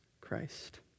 Christ